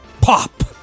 Pop